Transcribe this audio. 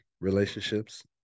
relationships